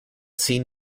seen